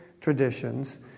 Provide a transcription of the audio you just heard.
traditions